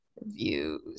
views